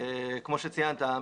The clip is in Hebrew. כמו שציינת,